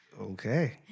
Okay